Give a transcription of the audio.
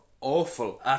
awful